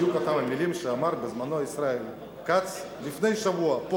בדיוק את אותן מלים שאמר פה ישראל כץ לפני שבוע: